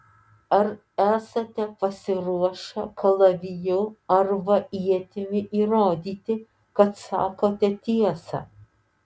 ar esate pasiruošę kalaviju arba ietimi įrodyti kad sakote tiesą